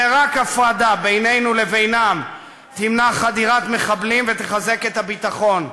ורק הפרדה בינינו לבינם תמנע חדירת מחבלים ותחזק את הביטחון,